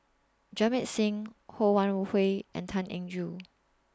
Jamit Singh Ho Wan Hui and Tan Eng Joo